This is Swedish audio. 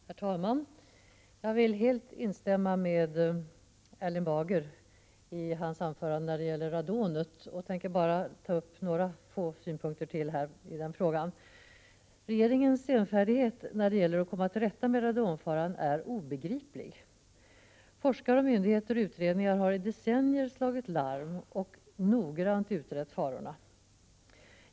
Herr talman! Jag vill helt instämma i vad Erling Bager sade i sitt anförande när det gäller radonet och tänker bara ta upp några få synpunker till i denna fråga. Regeringens senfärdighet när det gäller att komma till rätta med radonfaran är obegriplig. Forskare, myndigheter och utredningar har i decennier noggrant utrett farorna och slagit larm.